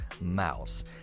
mouse